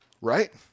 Right